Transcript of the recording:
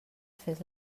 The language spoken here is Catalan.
fes